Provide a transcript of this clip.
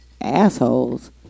assholes